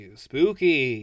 spooky